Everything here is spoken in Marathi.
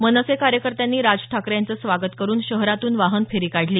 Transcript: मनसे कार्यकर्त्यांनी राज ठाकरे यांचं स्वागत करून शहरातून वाहन फेरी काढली